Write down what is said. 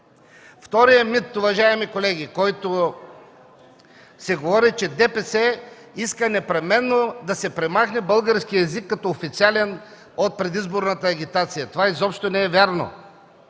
Вторият мит, уважаеми колеги, който се говори, е, че ДПС иска непременно да се премахне българският език като официален от предизборната агитация. Това изобщо не е вярно.